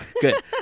Good